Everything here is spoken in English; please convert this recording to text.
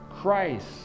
Christ